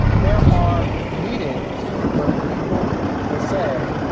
there are meetings where people will say,